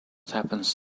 happens